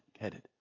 headed